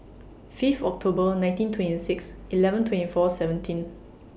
Fifth October nineteen twenty six eleven twenty four seventeen